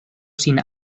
sin